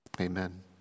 amen